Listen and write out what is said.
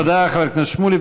תודה לחבר הכנסת שמולי.